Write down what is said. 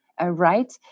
right